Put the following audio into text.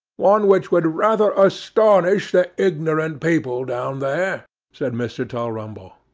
one which would rather astonish the ignorant people down there said mr. tulrumble.